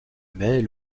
mais